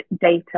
data